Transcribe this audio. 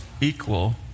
Equal